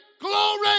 glory